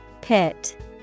Pit